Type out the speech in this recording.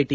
T